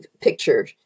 picture